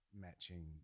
matching